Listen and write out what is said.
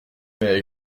mais